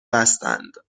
بستند